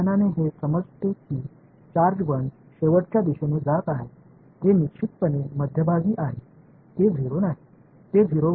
உள்ளுணர்வாக இது சார்ஜ் இறுதியில் முடிவடையும் என்று அர்த்தமுள்ளதாக இருக்கிறது நிச்சயமாக மையத்தில் அது 0 இல்லை அது 0 க்குச் செல்லவில்லை